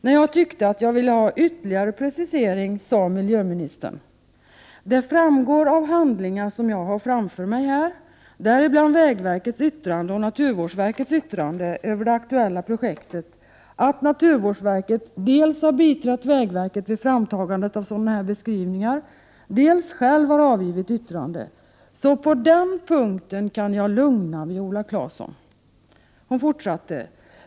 När jag tyckte att jag ville ha ytterligare precisering sade miljöministern: ”Det framgår av handlingar som jag har framför mig här — däribland vägverkets yttrande och naturvårdsverkets yttrande över det aktuella projektet — att naturvårdsverket dels har biträtt vägverket vid framtagandet av sådana här beskrivningar, dels själv avgivit yttrande. Så på den punkten kan jag lugna Viola Claesson.